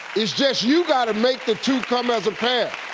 it's just you gotta make the two come as a pair,